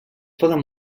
poden